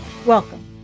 Welcome